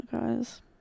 guys